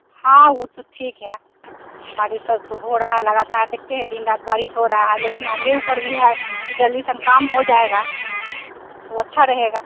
हाँ वो तो ठीक है बारिश सब तो हो रहा है लगातार देखते है दिन रात बारिश हो रहा है लेकिन हमारे ऊपर भी है कि जल्दी से हम काम हो जाएगा तो अच्छा रहेगा